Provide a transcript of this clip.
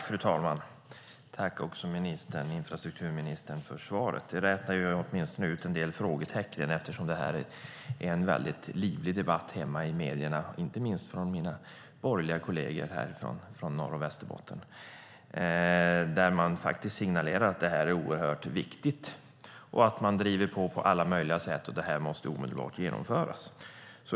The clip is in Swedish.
Fru talman! Jag tackar infrastrukturministern för svaret. Det rätar åtminstone ut en del frågetecken eftersom det är en mycket livlig debatt i medierna hemma om detta, inte minst från mina borgerliga kolleger här från Norr och Västerbotten. Det signaleras att detta är oerhört viktigt. Det är viktigt att man driver på det på alla möjliga sätt. Det måste omedelbart genomföras.